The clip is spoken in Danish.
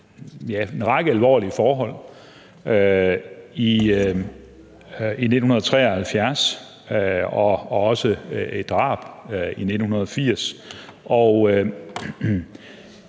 en række alvorlige forhold i 1973 og også et drab i 1980.